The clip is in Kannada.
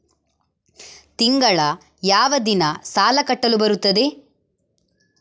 ತಿಂಗಳ ಯಾವ ದಿನ ಸಾಲ ಕಟ್ಟಲು ಬರುತ್ತದೆ?